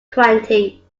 twenty